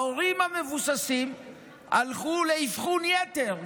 ההורים המבוססים הלכו לאבחון יתר.